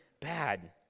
bad